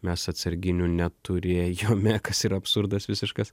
mes atsarginių neturėjome kas yra absurdas visiškas